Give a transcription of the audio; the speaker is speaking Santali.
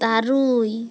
ᱛᱩᱨᱩᱭ